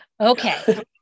Okay